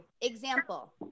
example